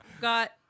Got